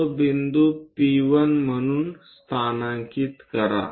तो बिंदू P1 म्हणून स्थानांकित करा